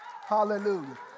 Hallelujah